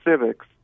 Civics